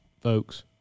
folks